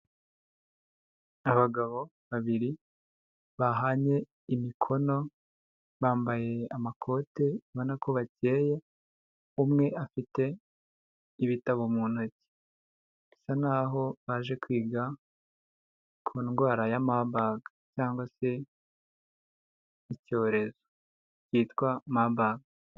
Abagabo babiri bahanye imikono, bambaye amakote ubona ko bakeye, umwe afite ibitabo mu ntoki, bisa n'aho baje kwiga ku ndwara ya Marburg cyangwa se icyorezo cyitwa Marburg.